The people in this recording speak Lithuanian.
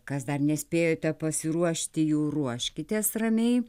kas dar nespėjote pasiruošti jų ruoškitės ramiai